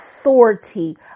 authority